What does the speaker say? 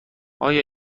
آیا